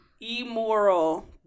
immoral